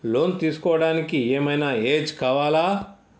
Loan తీస్కోవడానికి ఏం ఐనా ఏజ్ కావాలా?